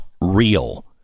real